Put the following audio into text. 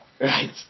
Right